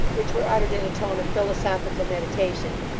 which were uttered in a tone of philosophical meditation,